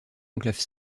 enclave